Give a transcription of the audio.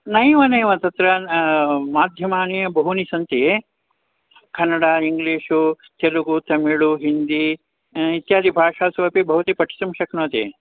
नैव नैव तत्र माध्यमानि बहूनि सन्ति कन्नडा इङ्ग्लीषु तेलुगु तमिळु हिन्दी इत्यादि भाषासु अपि भवती पठितुं शक्नोति